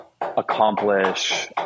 accomplish